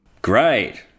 Great